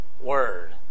word